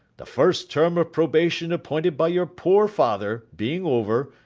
the first term of probation appointed by your poor father, being over,